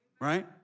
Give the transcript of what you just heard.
right